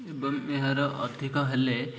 ଏବଂ ଏହାର ଅଧିକ ହେଲେ